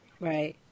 Right